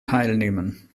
teilnehmen